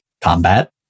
combat